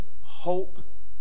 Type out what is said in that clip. hope